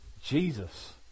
Jesus